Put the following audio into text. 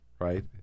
right